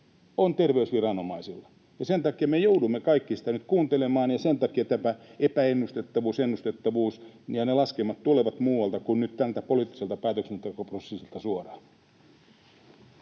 on terveysviranomaisilla, ja sen takia me joudumme kaikki sitä nyt kuuntelemaan, ja sen takia tämä epäennustettavuus, ennustettavuus ja ne laskelmat tulevat muualta kuin tältä poliittiselta päätöksentekoprosessilta suoraan.